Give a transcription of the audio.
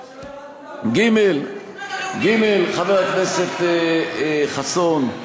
3. חבר הכנסת חסון,